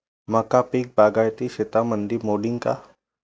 मका पीक बागायती शेतीमंदी मोडीन का?